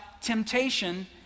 temptation